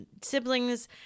sibling's